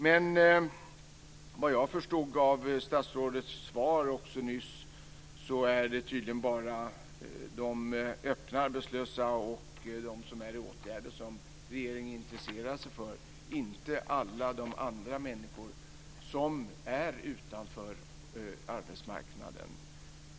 Men vad jag förstod av statsrådets svar och också av det han sade nyss är det tydligen bara de öppet arbetslösa och de som är i åtgärder som regeringen intresserar sig för, inte alla de andra människor som är utanför arbetsmarknaden.